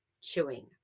chewing